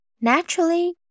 Naturally